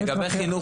לגבי החינוך